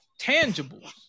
tangibles